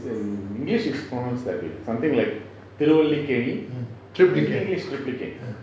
mm duplicate